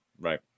Right